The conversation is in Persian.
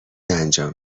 انجام